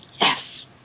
Yes